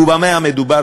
ובמה מדובר?